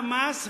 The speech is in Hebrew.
במס,